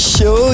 Show